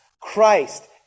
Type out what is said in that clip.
Christ